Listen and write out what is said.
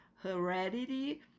heredity